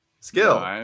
Skill